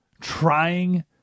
trying